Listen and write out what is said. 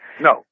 No